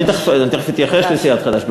אני תכף אתייחס לסיעת חד"ש,